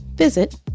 Visit